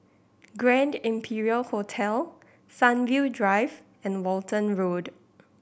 Grand Imperial Hotel Sunview Drive and Walton Road